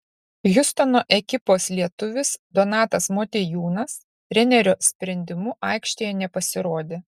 hjustono ekipos lietuvis donatas motiejūnas trenerio sprendimu aikštėje nepasirodė